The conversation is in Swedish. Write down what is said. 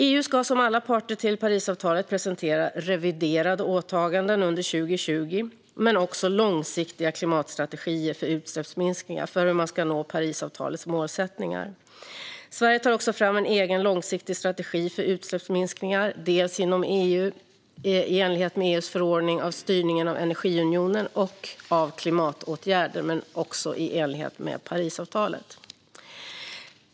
EU ska som alla parter i Parisavtalet presentera reviderade åtaganden under 2020 men också långsiktiga klimatstrategier för utsläppsminskningar för att nå Parisavtalets målsättningar. Sverige tar också fram en egen långsiktig strategi för utsläppsminskningar, dels inom EU i enlighet med EU:s förordning om styrningen av energiunionen och av klimatåtgärder, dels i enlighet med Parisavtalet.